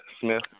Smith